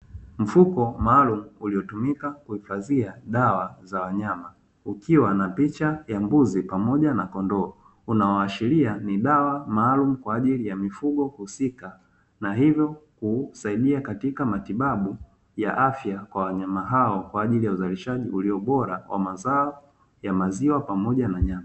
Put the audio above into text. Mfuko maalumu uliotumika kuhifadhia dawa za wanyama ukiwa na picha ya mbuzi pamoja na kondoo, unaoashiria ni dawa maalumu kwa ajili ya mifugo husika na hivyo hisaidia katika matibabu ya afya kwa wanyama hao kwa ajili ya uzalishaji ulio bora wa mazao ya maziwa pamoja na nyama.